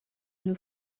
new